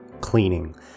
cleaning